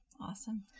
Awesome